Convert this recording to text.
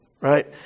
right